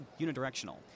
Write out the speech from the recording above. unidirectional